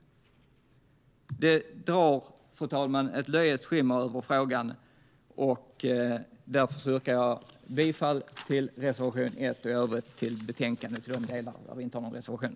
Fru talman! Det drar ett löjets skimmer över frågan. Därför yrkar jag bifall till reservation 1 och i övrigt till utskottets förslag i betänkandet i de delar där vi inte har någon reservation.